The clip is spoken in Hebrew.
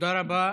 תודה רבה.